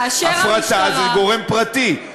כאשר המשטרה, הפרטה זה גורם פרטי.